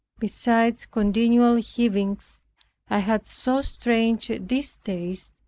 beside continual heavings, i had so strange a distaste,